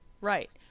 Right